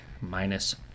minus